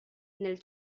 nel